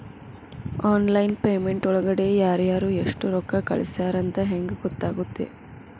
Online payment ಒಳಗಡೆ ಯಾರ್ಯಾರು ಎಷ್ಟು ರೊಕ್ಕ ಕಳಿಸ್ಯಾರ ಅಂತ ಹೆಂಗ್ ಗೊತ್ತಾಗುತ್ತೆ?